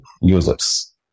users